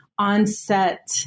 onset